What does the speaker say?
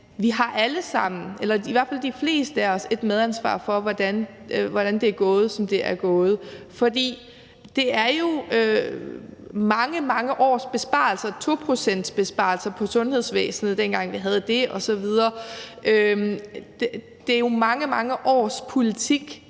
at vi alle sammen – eller i hvert fald de fleste af os – har et medansvar for, at det er gået, som det er gået. For det er jo mange, mange års besparelser, 2-procentsbesparelser på sundhedsvæsenet, dengang vi havde det osv., det er jo mange, mange års politik,